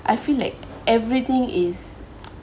I feel like everything is